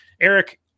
Eric